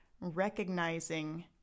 recognizing